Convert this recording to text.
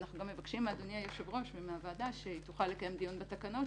אנחנו גם מבקשים מאדוני היושב-ראש ומהוועדה לקיים דיון בתקנות,